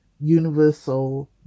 universal